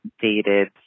dated